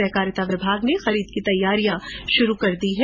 सहकारिता विभाग ने खरीद की तैयारियां शुरू कर दी है